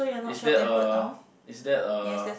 is that a is that a